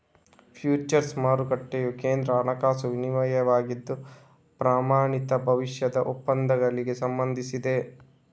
futures ಮಾರುಕಟ್ಟೆಯು ಕೇಂದ್ರ ಹಣಕಾಸು ವಿನಿಮಯವಾಗಿದ್ದು, ಪ್ರಮಾಣಿತ ಭವಿಷ್ಯದ ಒಪ್ಪಂದಗಳಿಗೆ ಸಂಬಂಧಿಸಿದೆ